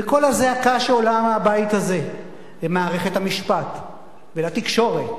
וקול הזעקה שעולה מהבית הזה למערכת המשפט ולתקשורת